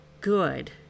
good